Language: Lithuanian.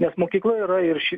nes mokykla yra ir ši